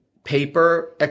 paper